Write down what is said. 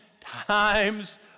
times